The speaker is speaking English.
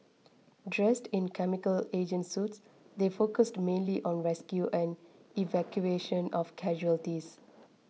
dressed in chemical agent suits they focused mainly on rescue and evacuation of casualties